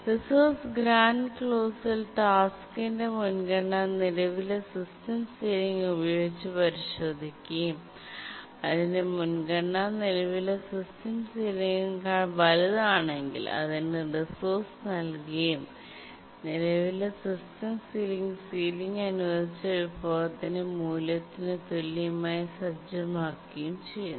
resource grant ക്ലോസിൽ ടാസ്ക്കിന്റെ മുൻഗണന നിലവിലെ സിസ്റ്റം സീലിംഗ് ഉപയോഗിച്ച് പരിശോധിക്കുകയും അതിന്റെ മുൻഗണന നിലവിലെ സിസ്റ്റം സീലിംഗിനേക്കാൾ വലുതാണെങ്കിൽ അതിന് റിസോഴ്സ് നൽകുകയും നിലവിലെ സിസ്റ്റം സീലിംഗ് സീലിംഗ് അനുവദിച്ച വിഭവത്തിന്റെ മൂല്യത്തിന് തുല്യമായി സജ്ജമാക്കുകയും ചെയ്യുന്നു